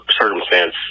circumstance